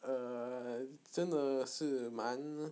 err 真的是蛮